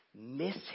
miss